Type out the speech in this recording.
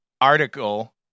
article